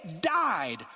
died